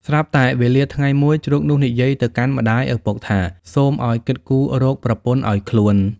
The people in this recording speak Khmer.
ស្រាប់តែវេលាថ្ងៃមួយ ជ្រូកនោះនិយាយទៅកាន់ម្ដាយឪពុកថា សូមឱ្យគិតគូររកប្រពន្ធឱ្យខ្លួន។